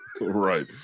Right